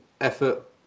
effort